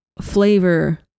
flavor